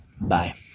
Bye